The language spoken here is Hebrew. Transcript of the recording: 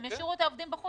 הם ישאירו את העובדים בחוץ,